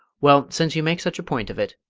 well, since you make such a point of it,